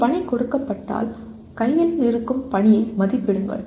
ஒரு பணி கொடுக்கப்பட்டால் கையில் இருக்கும் பணியை மதிப்பிடுங்கள்